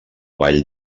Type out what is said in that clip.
vall